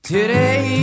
Today